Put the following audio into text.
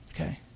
Okay